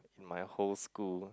in my whole school